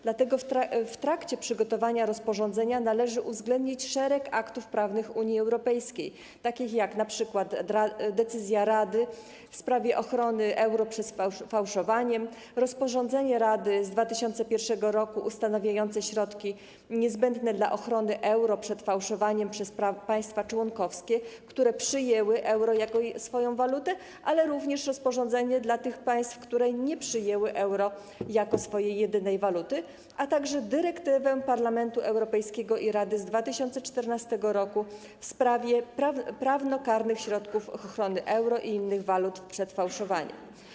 Dlatego w trakcie przygotowania rozporządzenia należy uwzględnić szereg aktów prawnych Unii Europejskiej, takich jak np. decyzja Rady w sprawie ochrony euro przed fałszowaniem, rozporządzenie Rady z 2001 r. ustanawiające środki niezbędne dla ochrony euro przed fałszowaniem przez państwa członkowskie, które przyjęły euro jako swoją walutę, ale również rozporządzenie dla tych państw, które nie przyjęły euro jako swojej jedynej waluty, a także dyrektywa Parlamentu Europejskiego i Rady z 2014 r. w sprawie prawnokarnych środków ochrony euro i innych walut przed fałszowaniem.